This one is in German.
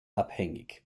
abhängig